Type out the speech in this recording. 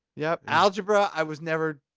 yep. algebra, i was never,